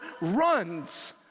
runs